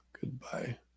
Goodbye